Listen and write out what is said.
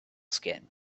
skin